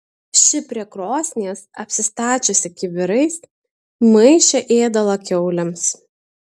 ši prie krosnies apsistačiusi kibirais maišė ėdalą kiaulėms